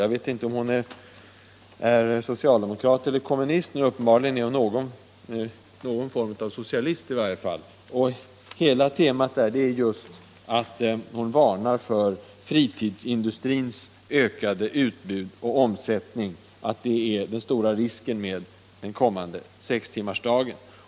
Jag vet inte om hon är socialdemokrat eller kommunist, men uppenbarligen är hon något slags socialist i varje fall. Hennes tema är att varna för fritidsindustrins ökade utbud och omsättning, att det är den stora risken med den kommande sextimmarsdagen.